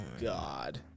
god